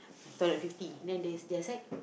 hundred fifty then their their side